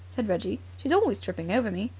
said reggie. she's always tripping over me.